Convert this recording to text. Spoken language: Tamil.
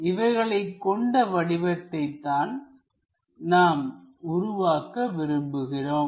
இவைகளைக் கொண்ட வடிவத்தை தான் நாம் உருவாக்க விரும்புகிறேன்